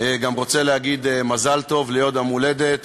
אני גם רוצה להגיד מזל טוב ליום ההולדת,